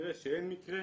כנראה שאין מקרה.